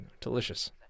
delicious